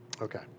Okay